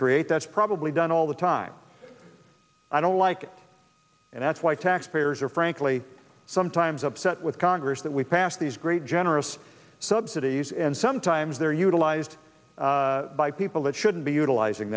create that's probably done all the time i don't like it and that's why taxpayers are frankly sometimes upset with congress that we pass these great generous subsidies and sometimes they're utilized by people that shouldn't be utilizing